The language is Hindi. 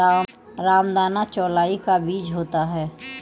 रामदाना चौलाई का बीज होता है